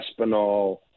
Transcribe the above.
Espinal